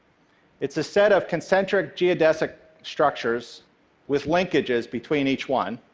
it's a set of concentric geodesic structures with linkages between each one.